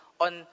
on